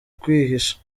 kwihisha